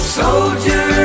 soldier